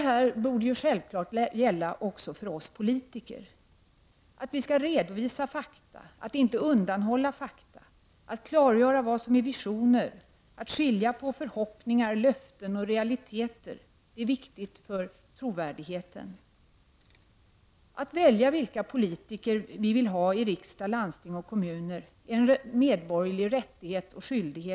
Självfallet skall det gälla också för oss politiker att vi skall redovisa fakta, inte undanhålla fakta, klargöra vad som är visioner, skilja på förhoppningar, löften och realiteter. Det är viktigt för trovärdigheten. Att välja vilka politiker vi vill ha i riksdag, landsting och kommuner är en medborgerlig rättighet och skyldighet.